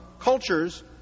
cultures